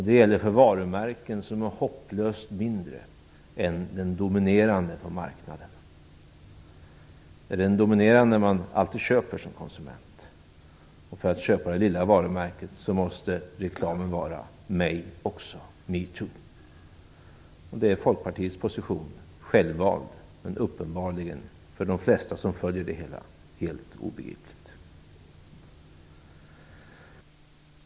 Det gäller för varumärken som är hopplöst mindre än den dominerande på marknaden. Det är den dominerande som man som konsument alltid köper. För att man skall köpa det lilla varumärket måste reklamen vara me too, mig också. Det är Folkpartiets position - självvald, men för de flesta som följer det hela uppenbarligen helt obegriplig.